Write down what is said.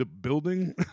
building